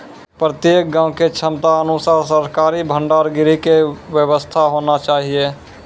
प्रत्येक गाँव के क्षमता अनुसार सरकारी भंडार गृह के व्यवस्था होना चाहिए?